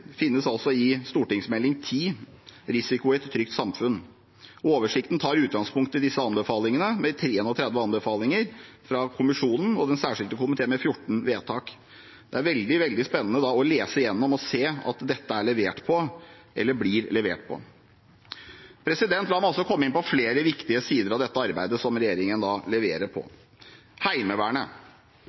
finnes i Meld. St. 10 for 2016–2017, Risiko i et trygt samfunn. Oversikten tar utgangspunkt i disse anbefalingene – 31 anbefalinger fra kommisjonen og 14 vedtak fra Den særskilte komité. Det er da veldig spennende å lese igjennom og se at det er eller blir levert på dette. La meg komme inn på flere viktige sider av dette arbeidet som regjeringen leverer på. Heimevernet